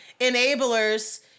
enablers